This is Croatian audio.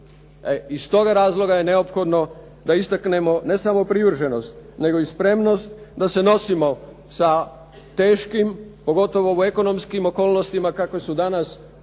Iz toga razloga je neophodno da istaknemo ne samo privrženost nego i spremnost da se nosimo sa teškim, pogotovo u ekonomskih okolnostima kakve su danas, iznimno